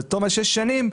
בתום שש השנים,